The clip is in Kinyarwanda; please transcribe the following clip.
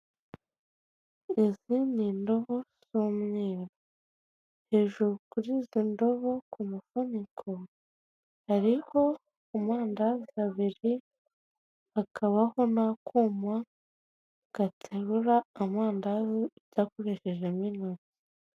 izi ni indobo z'umweru, hejuru kuri izo ndobo ku mufuniko hariho amandazi abiri hakabaho n'akuma gaterura amandazi udakoreshejemo intoki.